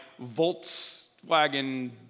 Volkswagen